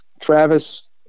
Travis